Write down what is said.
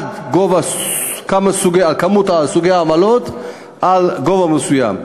כמה סוגי עמלות, עד גובה מסוים.